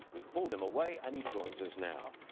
we pulled him away and he joins us now.